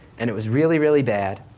and it was really really bad,